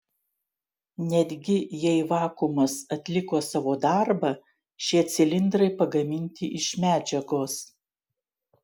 netgi jei vakuumas atliko savo darbą šie cilindrai pagaminti iš medžiagos